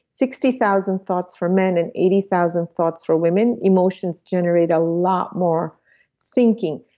sixty thousand thoughts for men and eighty thousand thoughts for women, emotions generate a lot more thinking.